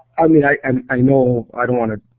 i mean i um i know, i don't want to